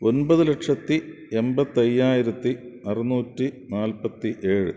ഒൻപത് ലക്ഷത്തി എൺപത്തയ്യായിരത്തി അറുന്നൂറ്റി നാൽപ്പത്തി ഏഴ്